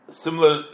similar